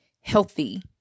healthy